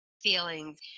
feelings